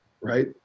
right